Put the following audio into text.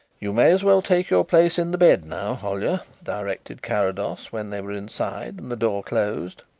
you may as well take your place in the bed now, hollyer, directed carrados when they were inside and the door closed.